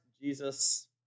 Jesus